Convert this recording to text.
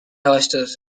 oysters